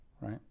right